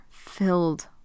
Filled